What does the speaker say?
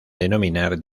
denominar